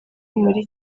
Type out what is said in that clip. muri